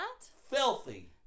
Filthy